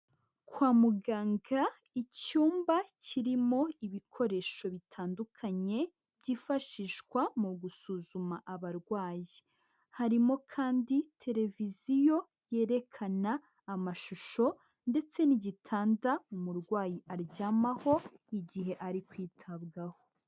Kwa muganga icyumba kirimo ibikoresho bitandukanye byifashishwa mu gusuzuma abarwayi. Harimo kandi televiziyo yerekana amashusho ndetse n'igitanda umurwayi aryamaho igihe ari kwitabwaho.